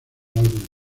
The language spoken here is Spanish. álbumes